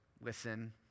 listen